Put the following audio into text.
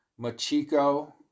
Machiko